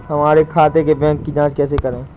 हमारे खाते के बैंक की जाँच कैसे करें?